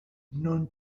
non